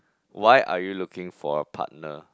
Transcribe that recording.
why are you looking for a partner